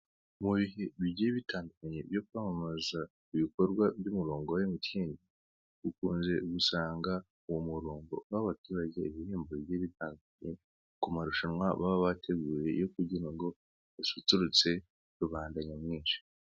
Mu bihe bigiye bitandukanye byo kwamamaza ibikorwa by' umurongo wa Emutiyene, dukunze gusanga uwo murongo uha abaturage ibihembo bigiye bitandukanye ku marushanwa baba bateguye, yo kugira ngo basusurutse rubanda nyamwinshi.